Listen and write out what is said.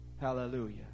Hallelujah